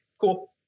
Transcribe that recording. cool